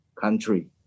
country